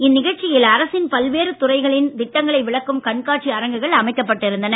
இந்நிகழ்ச்சியில் அரசின் பல்வேறு துறைகளின் திட்டங்களை விளக்கும் கண்காட்சி அரங்குகள் அமைக்கப்பட்டு இருந்தன